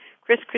Chris